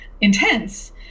intense